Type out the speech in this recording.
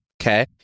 Okay